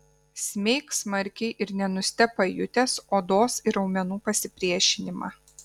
smeik smarkiai ir nenustebk pajutęs odos ir raumenų pasipriešinimą